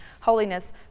holiness